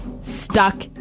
stuck